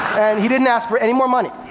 and he didn't ask for any more money.